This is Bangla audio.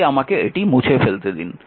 তাই আমাকে এটি মুছে ফেলতে দিন